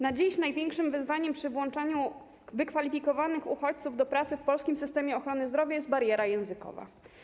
Na dziś największym wyzwaniem przy włączaniu wykwalifikowanych uchodźców do pracy w polskim systemie ochrony zdrowia jest bariera językowa.